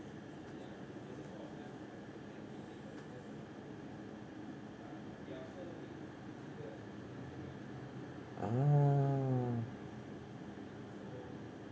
ah